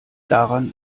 daran